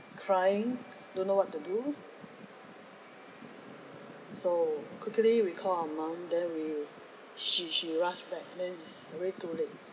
crying don't know what to do so quickly we call our mum then we sh~ she rush back then it's already too late